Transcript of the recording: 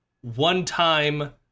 one-time